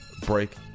break